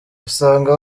usanga